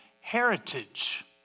heritage